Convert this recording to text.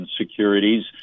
securities